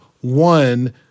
One